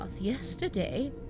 yesterday